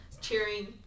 cheering